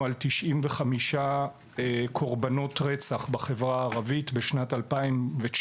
על 95 קורבנות רצח בחברה הערבית בשנת 2019,